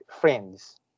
friends